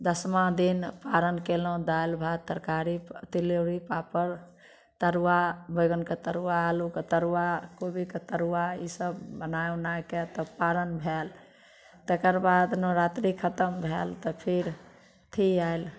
दशमाँ दिन पारण कयलहुँ दालि भात तरकारी तिलौरी पापड़ तरुआ बैगनके तरुआ आलूके तरुआ कोबीके तरुआ ईसब बनाए ओनाएके तब पारण भेल तकरबाद नवरात्री खतम भेल तऽ फेर अथी आएल